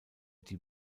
die